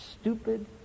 stupid